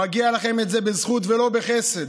מגיע לכם את זה בזכות ולא בחסד.